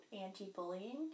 anti-bullying